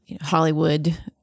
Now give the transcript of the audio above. Hollywood